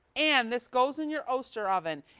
and this goes in your toaster oven,